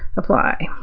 apply.